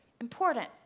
important